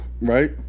right